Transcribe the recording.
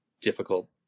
difficult